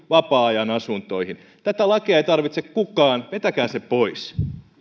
vapaa ajan asuntoihin tätä lakia ei tarvitse kukaan vetäkää se pois arvoisa